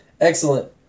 Excellent